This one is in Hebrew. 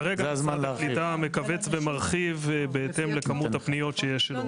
כרגע משרד העלייה והקליטה מכווץ ומרחיב בהתאם לכמות הפניות שיש לו.